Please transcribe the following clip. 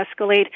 escalate